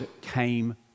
came